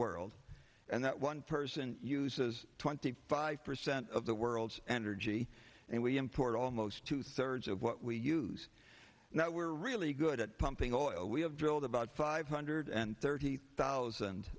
world and that one person uses twenty five percent of the world's energy and we import almost two thirds of what we use now we are really good at pumping oil we have drilled about five hundred and thirty thousand